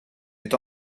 est